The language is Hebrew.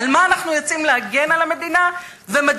על מה אנחנו יוצאים להגן על המדינה ומדוע